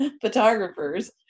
photographers